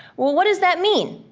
well, what does that mean?